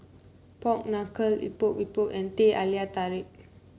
Pork Knuckle Epok Epok and Teh Halia Tarik